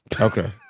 Okay